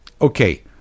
Okay